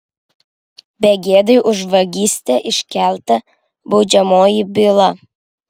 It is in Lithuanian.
begėdei už vagystę iškelta baudžiamoji byla